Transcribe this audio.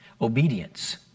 obedience